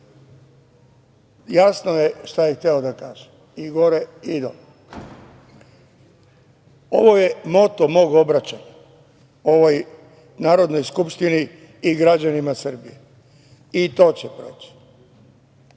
Jasno je šta je hteo da kaže i gore i dole. Ovo je moto mog obraćanja ovoj Narodnoj skupštini i građanima Srbije - I to će proći. Što